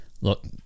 look